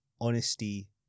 honesty